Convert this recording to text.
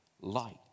Light